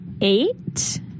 eight